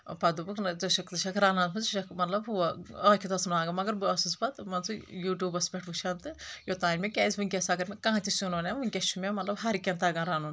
پتہٕ دوٚپکھ نہ ژٕ چکھ ژٕ چکھ رنان ٲسمٕژ ژٕ چکھ مطلب ہُہ ٲکھِت ٲسمٕژ لاگان مگر بہٕ ٲسس پتہٕ مان ژٕ یوٗٹیوٗبس پٮ۪ٹھ وچھان تہٕ یۄتانۍ مےٚ کیاز وُنکینس اگر مےٚ کانہہ تہِ سیُن ونن وُنکینس چھُ مےٚ مطلب ہر کینٛہہ تگان رنُن